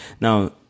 Now